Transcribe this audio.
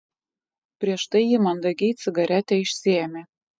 prieš tai ji mandagiai cigaretę išsiėmė